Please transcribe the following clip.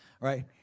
right